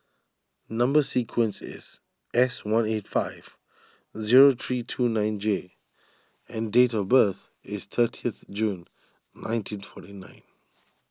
Number Sequence is S one eight five zero three two nine J and date of birth is thirtieth June nineteen twenty nine